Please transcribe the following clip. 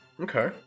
Okay